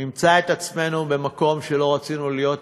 נמצא את עצמנו במקום שלא רצינו להיות בו,